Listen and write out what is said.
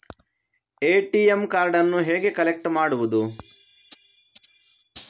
ATM ಕಾರ್ಡನ್ನು ಹೇಗೆ collect ಮಾಡುವುದು?